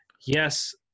Yes